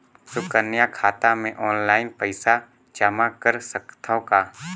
सुकन्या खाता मे ऑनलाइन पईसा जमा कर सकथव का?